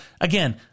again